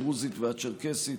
הדרוזית והצ'רקסית,